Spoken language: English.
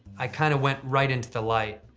i kind of went right into the light.